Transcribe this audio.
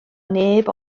neb